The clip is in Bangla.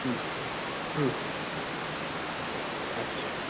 হুম হুম আচ্ছা